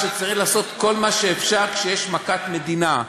כי צריך לעשות כל מה שאפשר כשיש מכת מדינה.